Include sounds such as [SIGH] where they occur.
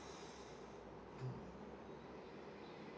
[BREATH]